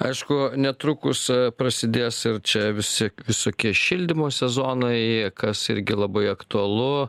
aišku netrukus prasidės ir čia visi visokie šildymo sezonai kas irgi labai aktualu